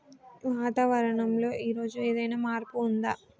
వాతావరణం లో ఈ రోజు ఏదైనా మార్పు ఉందా?